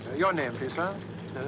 your name, please, sir? ah,